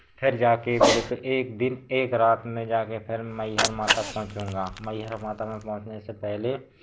फिर जाके बोले तो एक दिन एक रात में जाके फिर मैं मैहर माता पहुँचूंगा मैहर माता में पहुँचने से पहले